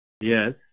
yes